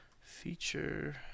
feature